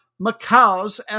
Macau's